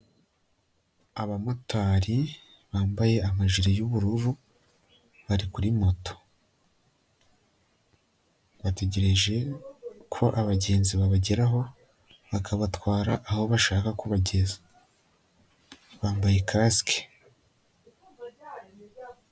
Abamotari bambaye amajire y'ubururu bari kuri moto, bategereje ko abagenzi babageraho bakabatwara aho bashaka kubageza, bambaye kasike.